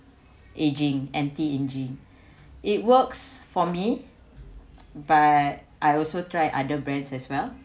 aging anti aging it works for me but I also try other brands as well